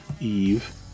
Eve